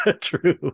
True